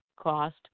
cost